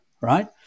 right